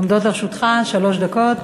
עומדות לרשותך שלוש דקות.